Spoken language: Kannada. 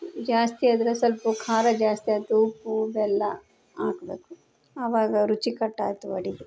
ಜಾಸ್ತಿ ಆದರೆ ಸಲ್ಪ ಖಾರ ಜಾಸ್ತಿ ಆಯ್ತು ಉಪ್ಪು ಬೆಲ್ಲ ಹಾಕ್ಬೇಕು ಆವಾಗ ರುಚಿಕಟ್ಟಾಯ್ತು ಅಡುಗೆ